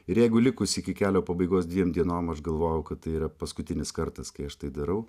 ir jeigu likus iki kelio pabaigos dviem dienom aš galvojau kad tai yra paskutinis kartas kai aš tai darau